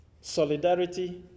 solidarity